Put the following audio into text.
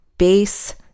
base